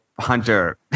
hunter